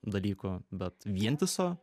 dalykų bet vientiso